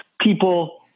people